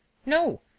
no,